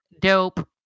dope